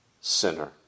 sinner